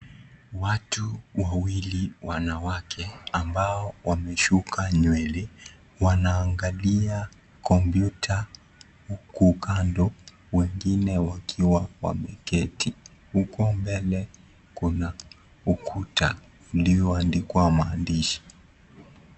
Watu wawili wanawake ambao wameshuka nywele wanàangalia kompyuta huku kando wengine wakiwa wameketi huku mbele kuna ukuta ulio andikwa maandishi.